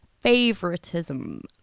favoritism